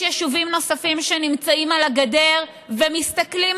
יש יישובים נוספים שנמצאים על הגדר ומסתכלים